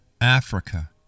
Africa